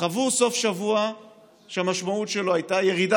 חוו סוף שבוע שהמשמעות שלו הייתה ירידה